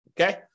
okay